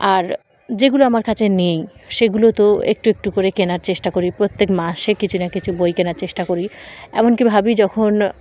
আর যেগুলো আমার কাছে নেই সেগুলো তো একটু একটু করে কেনার চেষ্টা করি প্রত্যেক মাসে কিছু না কিছু বই কেনার চেষ্টা করি এমনকি ভাবি যখন